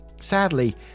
Sadly